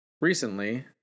recently